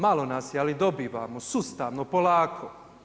Malo nas je ali dobivamo sustavno polako.